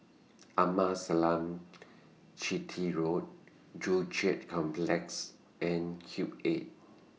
Amasalam Chetty Road Joo Chiat Complex and Cube eight